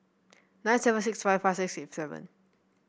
nine seven six five five six eight seven